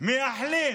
מייחלים